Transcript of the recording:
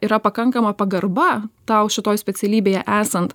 yra pakankama pagarba tau šitoj specialybėje esant